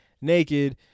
naked